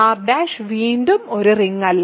R' വീണ്ടും ഒരു ring അല്ല